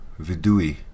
Vidui